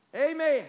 amen